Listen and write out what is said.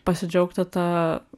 pasidžiaugti ta